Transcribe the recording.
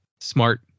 smart